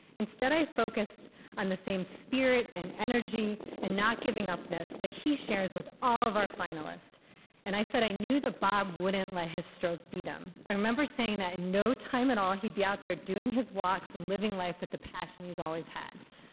instead i focused on the same spirit and energy and not giving upness that he shares with all of our finalists and i said i knew that bob wouldn't let his stroke beat him. i remember saying that in no time at all he'd be out there doing his walks and living life with the passion he's always had.